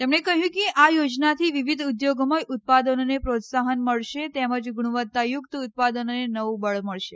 તેમણે કહ્યું કે આ યોજનાથી વિવિધ ઉદ્યોગોમાં ઉત્પાદનોને પ્રોત્સાહન મળશે તેમજ ગુણવત્તા યુક્ત ઉત્પાદનોને નવું બળ મળશે